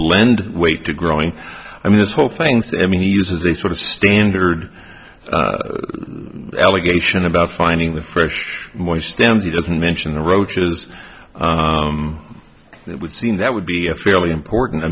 lend weight to growing i mean this whole thing so i mean he uses this sort of standard allegation about finding the fresh moist stems he doesn't mention the roaches that would seem that would be a fairly important i